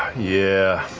yeah,